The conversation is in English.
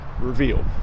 reveal